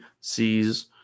sees